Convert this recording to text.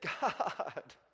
God